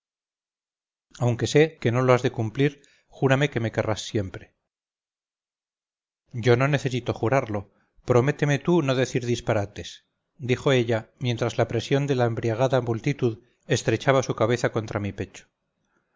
aunque sé que no lo has de cumplir júrame que me querrás siempre yo no necesito jurarlo prométeme tú no decir disparates dijo ella mientras la presión de la embriagada multitud estrechaba su cabeza contra mi pecho